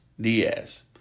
Diaz